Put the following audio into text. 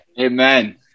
Amen